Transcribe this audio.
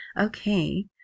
okay